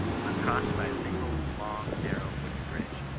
was crossed by a single long, narrow, wooden bridge.